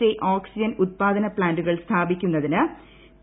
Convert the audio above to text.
A oxygen ഉത്പാദ്ദിന്റ് പ്ലാന്റുകൾ സ്ഥാപിക്കുന്നതിന് പി